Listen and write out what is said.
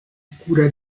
cura